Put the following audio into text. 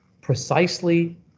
precisely